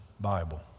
Bible